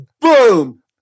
boom